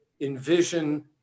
envision